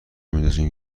میندازین